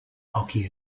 hockey